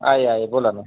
आहे आहे बोला ना